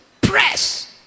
press